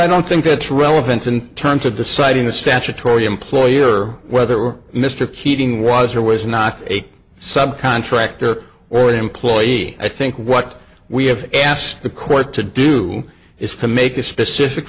i don't think it's relevance in terms of deciding the statutory employer whether or mr keating was or was not a sub contractor or an employee i think what we have asked the court to do is to make a specific